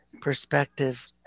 perspective